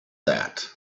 that